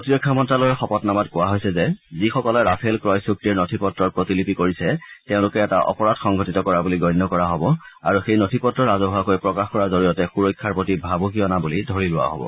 প্ৰতিৰক্ষা মন্তালয়ৰ শপতনামাত কোৱা হৈছে যে যিসকলে ৰাফেল ক্ৰয় চূক্তিৰ নথি পত্ৰৰ প্ৰতিলিপি কৰিছে তেওঁলোকে এটা অপৰাধ সংঘটিত কৰা বুলি গণ্য কৰা হব আৰু সেই নথি পত্ৰ ৰাজহুৱাকৈ প্ৰকাশ কৰাৰ জৰিয়তে সুৰক্ষাৰ প্ৰতি ভাবুকি অনা বুলি ধৰি লোৱা হব